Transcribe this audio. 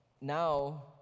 now